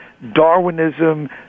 Darwinism